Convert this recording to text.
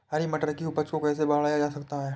हरी मटर की उपज को कैसे बढ़ाया जा सकता है?